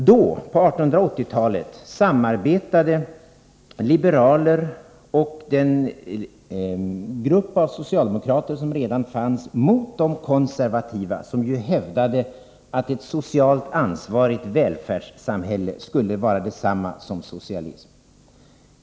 Då — på 1880-talet — samarbetade liberaler och den grupp av socialdemokrater som redan fanns mot de konservativa, som hävdade att ett socialt ansvarigt välfärdssamhälle skulle vara detsamma som socialism.